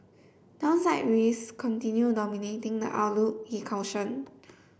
downside risks continue dominating the outlook he cautioned